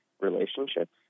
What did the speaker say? relationships